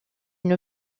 une